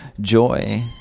joy